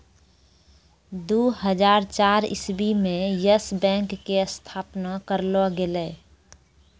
दु हजार चार इस्वी मे यस बैंक के स्थापना करलो गेलै